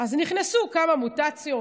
אז נכנסו כמה מוטציות